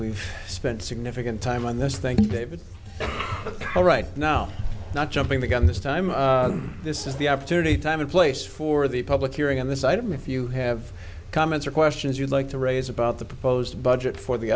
we've spent significant time on this thing david all right now not jumping the gun this time this is the opportunity time in place for the public hearing on this item if you have comments or questions you'd like to raise about the proposed budget for the